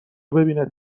ببیند